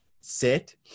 sit